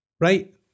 right